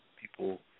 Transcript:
people